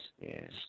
Yes